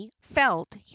felt